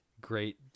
great